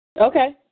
Okay